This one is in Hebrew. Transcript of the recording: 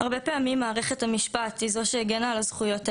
הרבה פעמים מערכת המשפט היא זו שהגנה על הזכויות האלה,